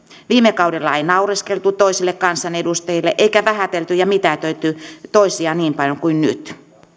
viime kaudella ei naureskeltu toisille kansanedustajille eikä vähätelty ja mitätöity toisia niin paljon kuin nyt